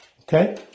okay